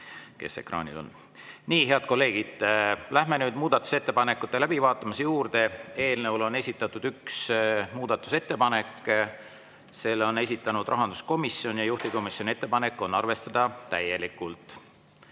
mis ekraanil on. Nii, head kolleegid! Läheme muudatusettepanekute läbivaatamise juurde. Eelnõu kohta on esitatud üks muudatusettepanek, selle on esitanud rahanduskomisjon ja juhtivkomisjoni ettepanek on arvestada seda täielikult.